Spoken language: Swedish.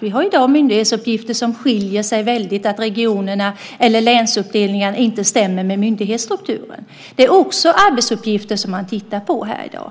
Vi har i dag myndighetsuppgifter som skiljer sig väldigt där länsuppdelningarna inte stämmer med myndighetsstrukturen. Det är också arbetsuppgifter som man tittar på i dag.